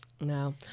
no